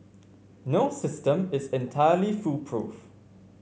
no system is entirely foolproof